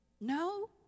No